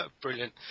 Brilliant